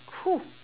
who